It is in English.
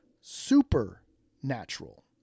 supernatural